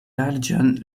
larĝan